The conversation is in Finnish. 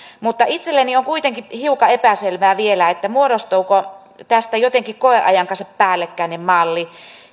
mutta itselleni on kuitenkin hiukan epäselvää vielä muodostuuko tästä jotenkin koeajan kanssa päällekkäinen malli